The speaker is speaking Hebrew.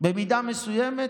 במידה מסוימת,